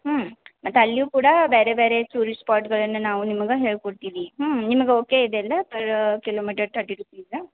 ಹ್ಞೂ ಮತ್ತೆ ಅಲ್ಲಿಯೂ ಕೂಡ ಬೇರೆ ಬೇರೆ ಟೂರಿಸ್ಟ್ ಸ್ಪಾಟ್ಗಳನ್ನು ನಾವು ನಿಮಗೆ ಹೇಳಿಕೊಡ್ತೀವಿ ಹ್ಞೂ ನಿಮ್ಗೆ ಓಕೆ ಇದೆ ಅಲಾ ಪರ್ ಕಿಲೋಮೀಟರ್ ಥರ್ಟಿ ರುಪೀಸ್